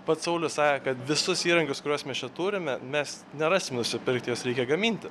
pats saulius sakė kad visus įrankius kuriuos mes čia turime mes nerasim nusipirkti juos reikia gaminti